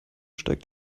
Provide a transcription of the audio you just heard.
steigt